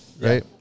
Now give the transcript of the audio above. right